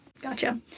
Gotcha